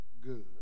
good